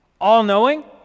all-knowing